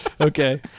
okay